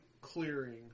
clearing